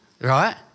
right